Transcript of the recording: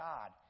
God